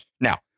Now